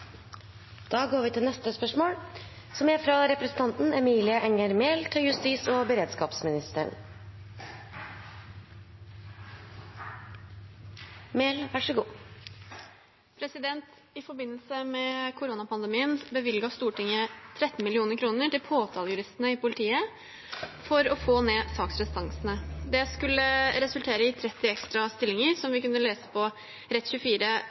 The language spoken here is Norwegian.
forbindelse med koronapandemien bevilget Stortinget 13 mill. kroner til påtalejuristene i politiet for å få ned saksrestansene. Dette skulle resultere i 30 ekstra stillinger, som vi kunne lese på